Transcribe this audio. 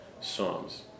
Psalms